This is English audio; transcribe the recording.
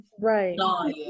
Right